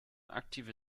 aktive